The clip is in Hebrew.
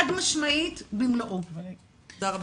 תודה רבה.